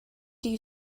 you